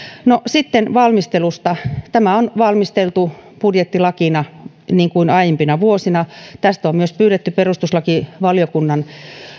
sitten valmistelusta tämä on valmisteltu budjettilakina niin kuin aiempina vuosina tästä on myös pyydetty perustuslakivaliokunnan